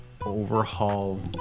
overhaul